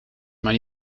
maar